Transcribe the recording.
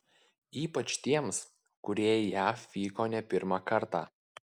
ypač tiems kurie į jav vyko ne pirmą kartą